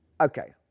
Okay